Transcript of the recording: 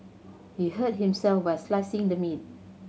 he hurt himself while slicing the meat